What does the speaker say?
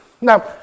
Now